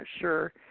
sure